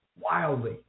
wildly